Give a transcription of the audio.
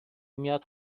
میاد